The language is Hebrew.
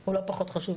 הוא לא פחות חשוב.